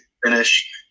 finish